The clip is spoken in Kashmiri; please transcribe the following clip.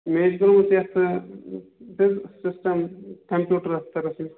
مےٚ حظ چھِ کٔرمٕژ یَتھ سِسٹَم کَمپِیوٗٹرَس پٮ۪ٹھ اوسُس